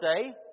say